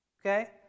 okay